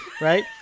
right